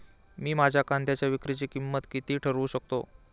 मी माझ्या कांद्यांच्या विक्रीची किंमत किती ठरवू शकतो?